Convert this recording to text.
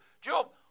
Job